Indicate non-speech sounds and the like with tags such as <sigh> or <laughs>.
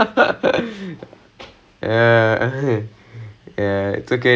I'm like god damn it <laughs> I was like ah damn it